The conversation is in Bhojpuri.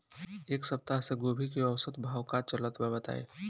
एक सप्ताह से गोभी के औसत भाव का चलत बा बताई?